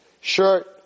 shirt